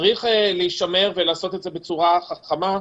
צריך להישמר ולעשות את זה בצורה חכמה.